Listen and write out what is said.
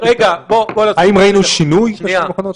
האם ראינו שינוי בשנים האחרונות?